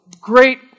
great